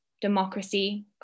democracy